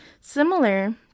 Similar